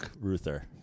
Ruther